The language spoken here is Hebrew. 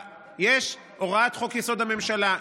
יש את הוראת חוק-יסוד: הממשלה,